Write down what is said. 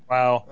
Wow